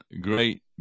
great